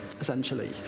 essentially